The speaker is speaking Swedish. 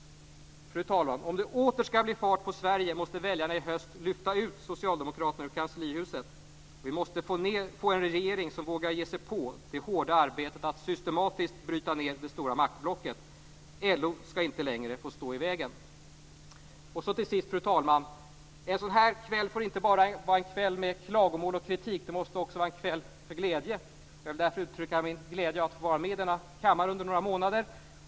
Fru talman! Om det åter skall bli fart på Sverige måste väljarna i höst lyfta ut Socialdemokraterna ur kanslihuset. Vi måste få en regering som vågar ge sig på det hårda arbetet att systematiskt bryta ned det stora maktblocket. LO skall inte längre få stå i vägen. Till sist, fru talman, får inte en sådan här kväll bara vara en kväll med klagomål och kritik. Det måste också vara en kväll för glädje. Jag vill därför uttrycka min glädje över att ha fått vara med i denna kammare under några månader.